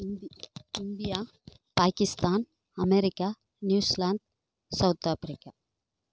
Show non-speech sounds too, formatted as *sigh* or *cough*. *unintelligible* India Pakistan America New Zealand South Africa